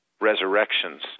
Resurrections